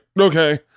okay